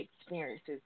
experiences